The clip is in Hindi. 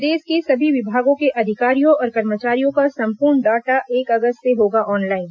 प्रदेश के सभी विभागों के अधिकारियों और कर्मचारियों का सम्पूर्ण डॉटा एक अगस्त से होगा ऑनलाइन